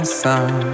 sun